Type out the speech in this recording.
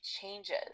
changes